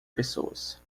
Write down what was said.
pessoas